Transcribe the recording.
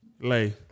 lay